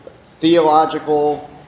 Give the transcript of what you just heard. theological